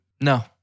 No